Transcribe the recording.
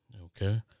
Okay